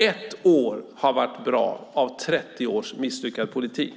Ett år har varit bra efter 30 års misslyckad politik.